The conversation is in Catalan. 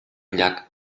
llac